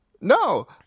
No